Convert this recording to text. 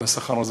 בשכר הזה.